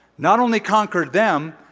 not only conquered them,